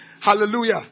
Hallelujah